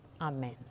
Amen